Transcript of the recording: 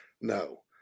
No